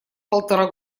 полтора